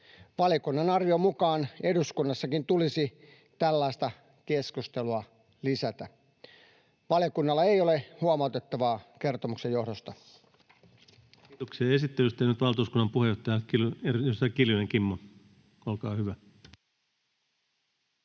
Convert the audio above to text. Valiokunnan arvion mukaan eduskunnassakin tulisi tällaista keskustelua lisätä. Valiokunnalla ei ole huomautettavaa kertomuksen johdosta. Kiitoksia esittelystä. — Ja nyt valtuuskunnan puheenjohtaja, edustaja Kiljunen, Kimmo, olkaa hyvä.